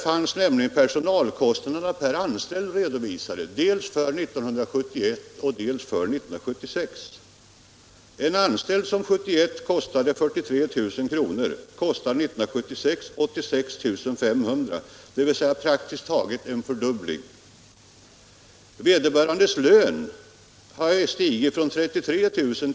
Man redovisade personalkostnaderna per anställd dels för 1971, dels för 1976. En anställd som år 1971 kostade 43 000 kr., kostade 86 500 kr. år 1976, dvs. kostnaden hade fördubblats. Vederbörandes lön hade stigit från 33 000 kr.